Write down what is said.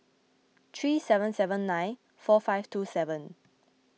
three seven seven nine four five two seven